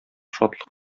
шатлык